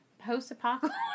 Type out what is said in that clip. post-apocalypse